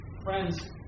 Friends